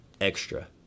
extra